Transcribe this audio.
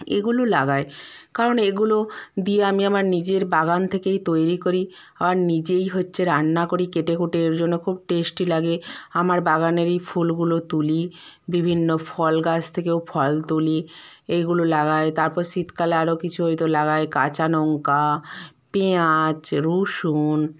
এগুলো লাগাই কারণ এগুলো দিয়ে আমি আমার নিজের বাগান থেকেই তৈরি করি আবার নিজেই হচ্ছে রান্না করি কেটে কুটে ওই জন্য খুব টেস্টি লাগে আমার বাগানের এই ফুলগুলো তুলি বিভিন্ন ফল গাছ থেকেও ফল তুলি এইগুলো লাগাই তারপর শীতকালে আরও কিছু হয়তো লাগাই কাঁচা লঙ্কা পেঁয়াজ রুসুন